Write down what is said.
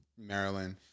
maryland